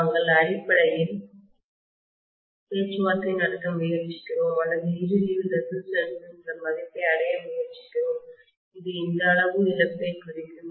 நாங்கள் அடிப்படையில் பேச்சுவார்த்தை நடத்த முயற்சிக்கிறோம் அல்லது இறுதியில் ரெசிஸ்டன்ஸ் ன் சில மதிப்பை அடைய முயற்சிக்கிறோம் இது இந்த அளவு இழப்பைக் குறிக்கும்